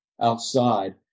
outside